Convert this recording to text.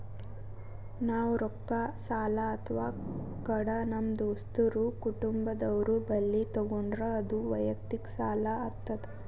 ನಾವ್ ರೊಕ್ಕ ಸಾಲ ಅಥವಾ ಕಡ ನಮ್ ದೋಸ್ತರು ಕುಟುಂಬದವ್ರು ಬಲ್ಲಿ ತಗೊಂಡ್ರ ಅದು ವಯಕ್ತಿಕ್ ಸಾಲ ಆತದ್